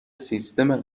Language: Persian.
سیستم